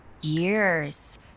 years